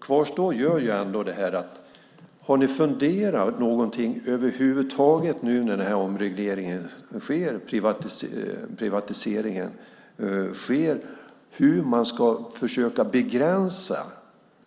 Kvarstår frågan ifall ni över huvud taget har funderat på hur det ska bli när omregleringen och privatiseringen sker. Hur ska man försöka begränsa